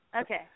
Okay